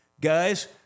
guys